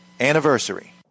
anniversary